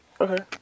Okay